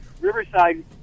Riverside